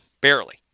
barely